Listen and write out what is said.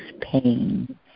pain